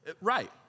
Right